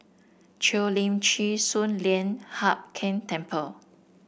Cheo Lim Chin Sun Lian Hup Keng Temple